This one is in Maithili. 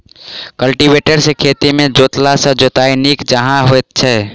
कल्टीवेटर सॅ खेत के जोतला सॅ जोताइ नीक जकाँ होइत छै